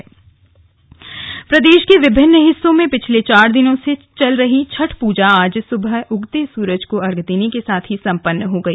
छठ पूजा प्रदेश के विभिन्न हिस्सों में पिछले चार दिन से चल रही छठ पूजा आज सुबह उगते सूर्य को अर्घ्य देने के साथ ही संपन्न हो गई